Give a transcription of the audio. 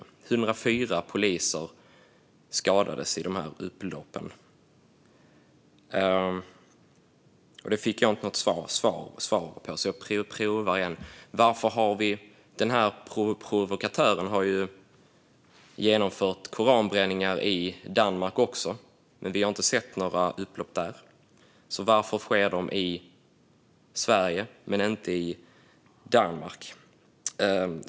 Det var 104 poliser som skadades i dessa upplopp. Jag fick inget svar, så jag frågar igen. Den här provokatören har ju genomfört koranbränningar i Danmark också, men vi har inte sett några upplopp där. Varför sker de i Sverige men inte i Danmark?